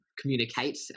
communicate